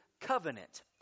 covenant